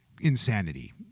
insanity